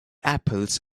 apples